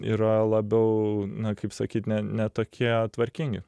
yra labiau na kaip sakyt ne ne tokie tvarkingi